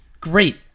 great